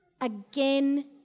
Again